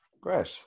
Great